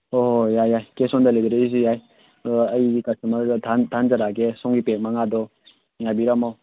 ꯍꯣꯏ ꯍꯣꯏ ꯍꯣꯏ ꯌꯥꯏ ꯌꯥꯏ ꯀꯦꯁ ꯑꯣꯟ ꯗꯤꯂꯤꯚꯔꯤꯁꯨ ꯌꯥꯏ ꯑꯩꯒꯤ ꯀꯁꯇꯃꯔꯗ ꯊꯥꯍꯟꯖꯔꯛꯑꯒꯦ ꯁꯣꯝꯒꯤ ꯄꯦꯛ ꯃꯉꯥꯗꯣ ꯉꯥꯏꯕꯤꯔꯝꯃꯣ